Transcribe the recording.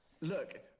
Look